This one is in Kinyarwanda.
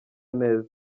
neza